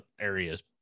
areas